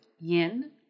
yin